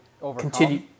continue